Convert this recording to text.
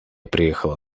приехала